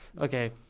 Okay